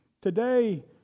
Today